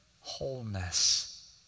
Wholeness